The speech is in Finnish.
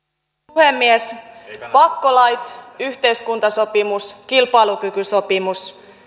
puhemies pakkolait yhteiskuntasopimus kilpailukykysopimus